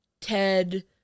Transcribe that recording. Ted